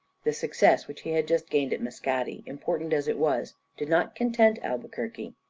the success which he had just gained at mascati, important as it was, did not content albuquerque.